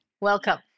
Welcome